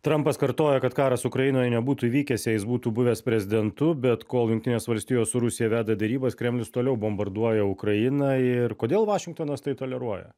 trampas kartoja kad karas ukrainoje nebūtų įvykęs jei jis būtų buvęs prezidentu bet kol jungtinės valstijos su rusija veda derybas kremlius toliau bombarduoja ukrainą ir kodėl vašingtonas tai toleruoja